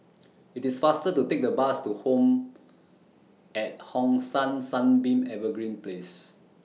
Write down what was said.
IT IS faster to Take The Bus to Home At Hong San Sunbeam Evergreen Place